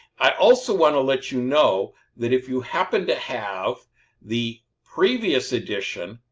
i also want to let you know that if you happen to have the previous edition,